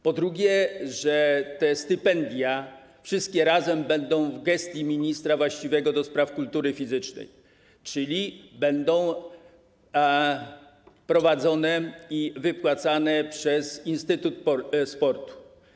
Po drugie dlatego, że te stypendia, wszystkie razem, będą w gestii ministra właściwego do spraw kultury fizycznej, czyli będą prowadzone i wypłacane przez Instytut Sportu.